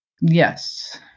Yes